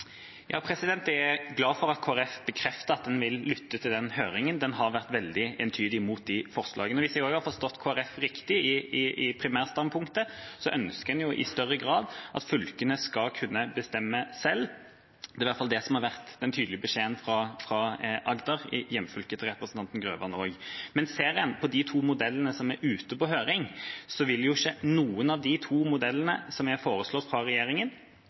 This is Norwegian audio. Jeg er glad for at Kristelig Folkeparti bekrefter at en vil lytte til den høringen. Den har vært veldig entydig imot de forslagene. Hvis jeg har forstått Kristelig Folkepartis primærstandpunkt riktig, ønsker en i større grad at fylkene skal kunne bestemme selv. Det er i hvert fall det som har vært den tydelige beskjeden fra Agder, hjemfylket til representanten Grøvan. Men ser en på de to modellene som er ute på høring, vil ikke noen av de to modellene som er foreslått fra regjeringen,